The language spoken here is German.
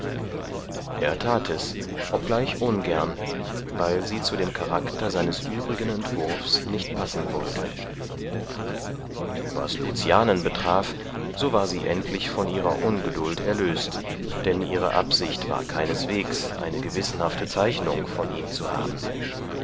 er tat es obgleich ungern weil sie zu dem charakter seines übrigen entwurfs nicht passen wollte was lucianen betraf so war sie endlich von ihrer ungeduld erlöst denn ihre absicht war keineswegs eine gewissenhafte zeichnung von ihm zu haben